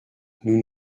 nous